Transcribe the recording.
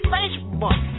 Facebook